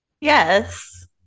yes